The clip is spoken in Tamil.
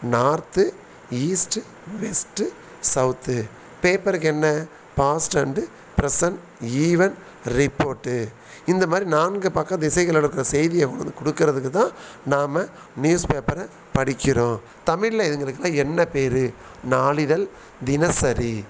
நார்த்து ஈஸ்ட்டு வெஸ்ட்டு சௌத்து பேப்பருக்கு என்ன past and present event report இந்தமாதிரி நான்கு பக்க திசைகளில் நடக்கிற செய்தியை கொண்டு வந்து கொடுக்கறதுக்குதான் நாம் நியூஸ் பேப்பரை படிக்கின்றோம் தமிழில் இதுங்களுக்குலாம் என்ன பேரு நாளிதழ் தினசரி